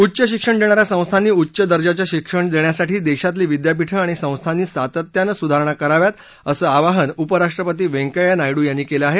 उच्च शिक्षण देणा या संस्थांनी उच्च दर्जाचं शिक्षण देण्यासाठी देशातली विद्यापीठ आणि संस्थांनी सातत्यानं सुधारणा कराव्यात असं आवाहन उपराष्ट्रपती वैंकय्या नायडू यांनी केलं आहे